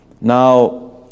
Now